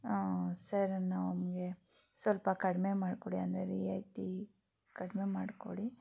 sir ನಮಗೆ ಸ್ವಲ್ಪ ಕಡಿಮೆ ಮಾಡಿಕೊಡಿ ಅಂದರೆ ರಿಯಾಯಿತಿ ಕಡಿಮೆ ಮಾಡಿಕೊಡಿ